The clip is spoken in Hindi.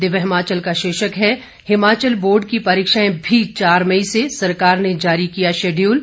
दिव्य हिमाचल का शीर्षक है हिमाचल बोर्ड की परीक्षाएं भी चार मई से सरकार ने जारी किया शेड्यूल